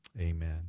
amen